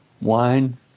wine